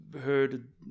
Heard